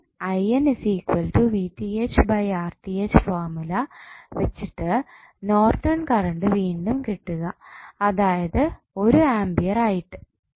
ഈ ഫോർമുല വെച്ചിട്ട് Norton current വീണ്ടും കിട്ടുക അതായത് 1 ആംപിയർ ആയിട്ട്